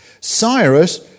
Cyrus